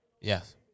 Yes